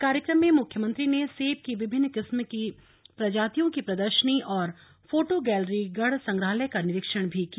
कार्यक्रम में मुख्यमंत्री ने सेब की विभिन्न किस्म की प्रजातियों की प्रदर्शनी और फोटो गैलरी गढ़ संग्रालय का निरीक्षण भी किया